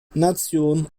nation